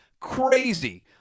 crazy